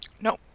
No